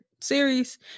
series